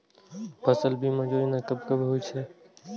फसल बीमा योजना कब कब होय छै?